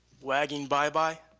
wagging bye-bye.